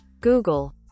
Google